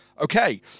Okay